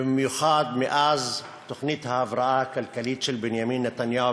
ובמיוחד מאז תוכנית ההבראה הכלכלית של בנימין נתניהו